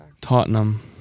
Tottenham